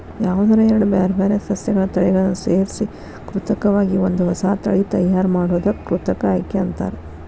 ಯಾವದರ ಎರಡ್ ಬ್ಯಾರ್ಬ್ಯಾರೇ ಸಸ್ಯಗಳ ತಳಿಗಳನ್ನ ಸೇರ್ಸಿ ಕೃತಕವಾಗಿ ಒಂದ ಹೊಸಾ ತಳಿ ತಯಾರ್ ಮಾಡೋದಕ್ಕ ಕೃತಕ ಆಯ್ಕೆ ಅಂತಾರ